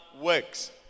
works